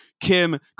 Kim